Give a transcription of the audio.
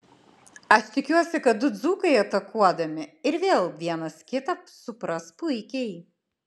aš tikiuosi kad du dzūkai atakuodami ir vėl vienas kitą supras puikiai